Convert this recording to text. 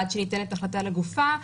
ועד שניתנת החלטה לגופה,